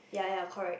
ya ya correct